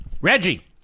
Reggie